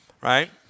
right